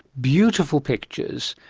beautiful pictures,